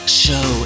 show